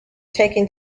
taking